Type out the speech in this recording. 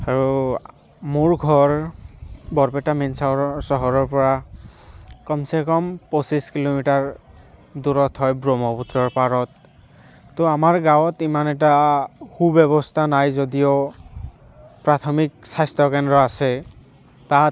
আৰু মোৰ ঘৰ বৰপেটা মেইন চহৰ চহৰৰ পৰা কম চে কম পঁচিছ কিলোমিটাৰ দূৰত হয় ব্ৰহ্মপুত্ৰৰ পাৰত ত' আমাৰ গাঁৱত ইমান এটা সু ব্যৱস্থা নাই যদিও প্ৰাথমিক স্বাস্থ্য কেন্দ্ৰ আছে তাত